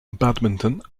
badminton